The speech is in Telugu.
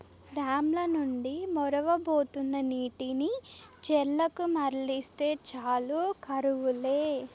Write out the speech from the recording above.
డామ్ ల నుండి మొరవబోతున్న నీటిని చెర్లకు మల్లిస్తే చాలు కరువు లే